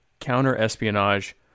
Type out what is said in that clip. counter-espionage